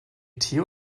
theo